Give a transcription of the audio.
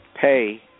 pay